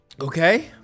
Okay